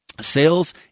Sales